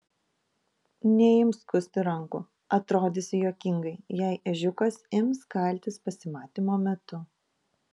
neimk skusti rankų atrodysi juokingai jei ežiukas ims kaltis pasimatymo metu